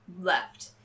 left